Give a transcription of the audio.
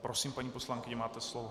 Prosím, paní poslankyně, máte slovo.